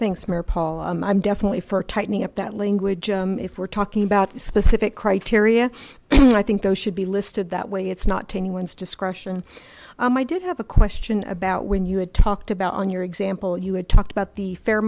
paula i'm definitely for tightening up that language and if we're talking about specific criteria i think those should be listed that way it's not to anyone's discretion and i did have a question about when you had talked about on your example you had talked about the fair